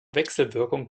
wechselwirkung